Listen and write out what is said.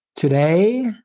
Today